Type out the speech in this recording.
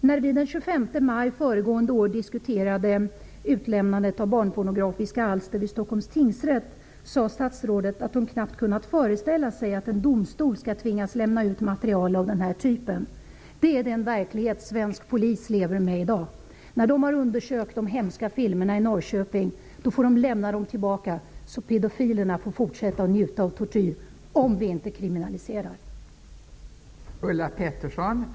När vi den 25 maj föregående år diskuterade ulämnandet av barnpornografiska alster vid Stockholms tingsrätt sade statsrådet att hon knappt kunnat föreställa sig att en domstol skall tvingas lämna ut material av den här typen. Det är den verklighet svensk polis lever med i dag. När polisen har undersökt de hemska filmerna i Norrköping, måste polisen lämna filmerna tillbaka, så att pedofilerna får fortsätta att njuta av den tortyr som visas på dem, om vi inte kriminaliserar detta.